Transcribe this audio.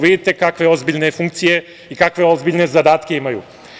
Vidite kakve ozbiljne funkcije i kakve ozbiljne zadatke imaju.